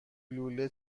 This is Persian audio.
لوله